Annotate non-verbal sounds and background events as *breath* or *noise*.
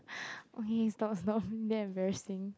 *breath* okay stop stop damn embarrassing